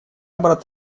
брат